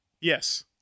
Yes